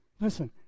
listen